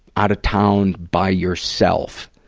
out of town by yourself.